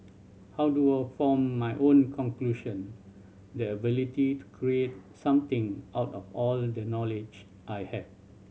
how do I form my own conclusion the ability to create something out of all the knowledge I have